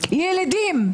ילידים,